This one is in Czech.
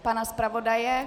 Pana zpravodaje?